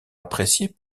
appréciée